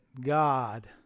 god